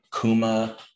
Kuma